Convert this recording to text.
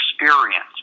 experience